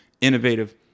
innovative